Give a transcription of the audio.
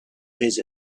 his